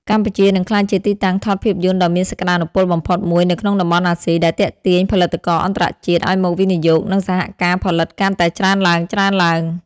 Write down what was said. កម្ពុជានឹងក្លាយជាទីតាំងថតភាពយន្តដ៏មានសក្ដានុពលបំផុតមួយនៅក្នុងតំបន់អាស៊ី ដែលទាក់ទាញផលិតករអន្តរជាតិឱ្យមកវិនិយោគ និងសហការផលិតកាន់តែច្រើនឡើងៗ។